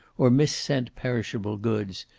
or missent perishable goods,